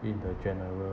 in the general~